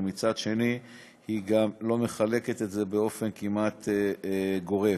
ומצד שני היא לא מחלקת את זה באופן כמעט גורף.